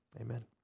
amen